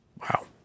Wow